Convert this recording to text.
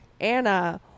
Anna